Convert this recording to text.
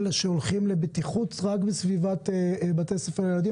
שהולכים לבטיחות רק בסביבת בתי ספר לילדים.